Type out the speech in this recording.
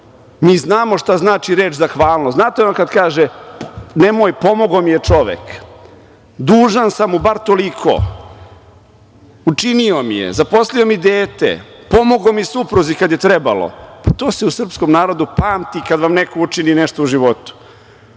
znamo šta znači reč zahvalnost, znate ono kad kaže – nemoj, pomogao mi je čovek, dužan sam mu bar toliko, učinio mi je, zaposlio mi je dete, pomogao mi supruzi kad je trebalo. To se u srpskom narodu pamti kad vam neko učini nešto u životu,